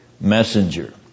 messenger